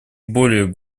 более